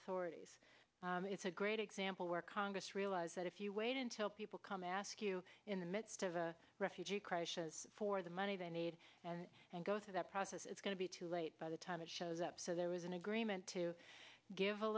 authorities it's a great example where congress realize that if you wait until people come ask you in the midst of a refugee crisis for the money they need and and go through that process it's going to be too late by the time it shows up so there was an agreement to give a